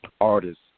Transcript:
artists